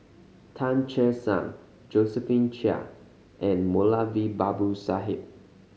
Tan Che Sang Josephine Chia and Moulavi Babu Sahib